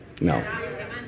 no